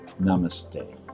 Namaste